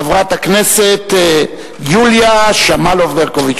חברת הכנסת יוליה שמאלוב-ברקוביץ.